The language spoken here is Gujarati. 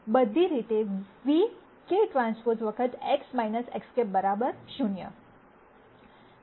બધી રીતે ν kT વખત X X̂0